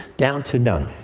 down to none.